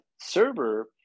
server